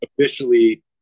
officially